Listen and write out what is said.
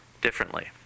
differently